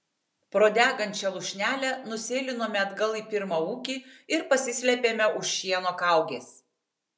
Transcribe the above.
pro degančią lūšnelę nusėlinome atgal į pirmą ūkį ir pasislėpėme už šieno kaugės